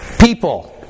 people